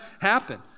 happen